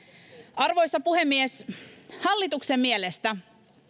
arvoisa puhemies hallituksen mielestä